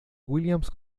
williams